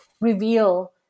reveal